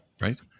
Right